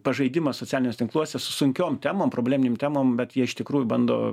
pažaidimas socialiniuose tinkluose su sunkiom temom probleminėm temom bet jie iš tikrųjų bando